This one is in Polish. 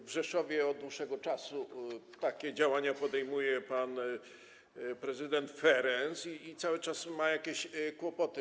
W Rzeszowie od dłuższego czasu takie działania podejmuje pan prezydent Ferenc i cały czas ma jakieś kłopoty.